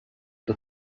the